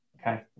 okay